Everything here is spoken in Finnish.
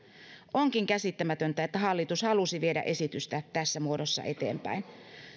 onkin käsittämätöntä että hallitus halusi viedä esitystä tässä muodossa eteenpäin